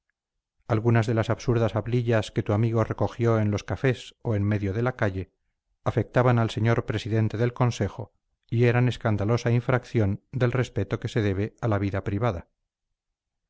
algunas de las absurdas hablillas que tu amigo recogió en los cafés o en medio de la calle afectaban al señor presidente del consejo y eran escandalosa infracción del respeto que se debe a la vida privada